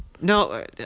No